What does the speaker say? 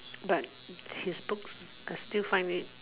but his books I still find it